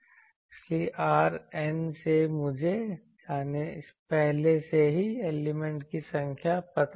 इसलिए R N से मुझे पहले से ही एलिमेंट की संख्या पता है